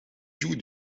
joue